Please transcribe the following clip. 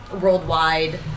worldwide